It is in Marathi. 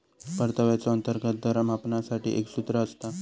परताव्याचो अंतर्गत दर मापनासाठी एक सूत्र असता